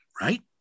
Right